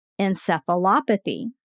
encephalopathy